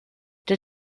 der